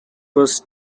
was